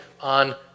on